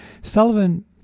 Sullivan